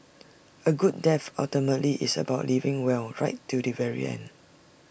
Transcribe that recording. A good death ultimately is about living well right till the very end